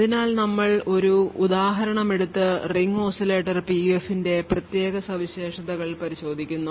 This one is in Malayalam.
അതിനാൽ നമ്മൾ ഒരു ഉദാഹരണം എടുത്ത് റിംഗ് ഓസിലേറ്റർ PUF ന്റെ പ്രത്യേക സവിശേഷതകൾ പരിശോധിക്കുന്നു